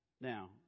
Now